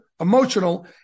emotional